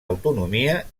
autonomia